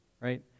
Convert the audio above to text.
right